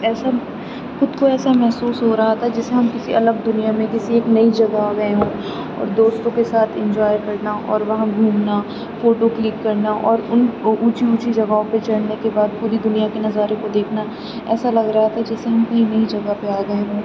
ایسا خود کو ایسا محسوس ہو رہا تھا جیسے ہم کسی الگ دنیا میں کسی ایک نئی جگہ آ گئے ہوں اور دوستوں کے ساتھ انجوائے کرنا اور وہاں گھومنا فوٹو کلک کرنا اور ان وہ اونچی اونچی جگہوں پہ چڑھنے کے بعد پوری دنیا کے نظارے کو دیکھنا ایسا لگ رہا تھا جیسے ہم کہیں نئی جگہ پر آ گئے ہوں